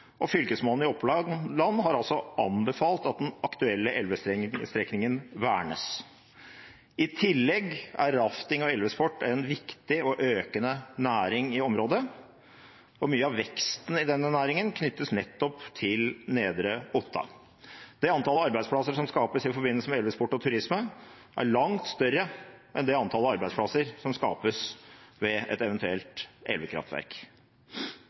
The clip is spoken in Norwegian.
og fylkesmannen i Oppland har altså anbefalt at den aktuelle elvestrekningen vernes. I tillegg er rafting og elvesport en viktig og økende næring i området. Mye av veksten i denne næringen knyttes nettopp til Nedre Otta. Det antallet arbeidsplasser som skapes i forbindelse med elvesport og turisme, er langt større enn det antallet arbeidsplasser som skapes ved et eventuelt elvekraftverk.